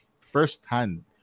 firsthand